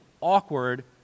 awkward